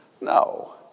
No